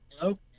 Hello